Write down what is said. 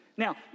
Now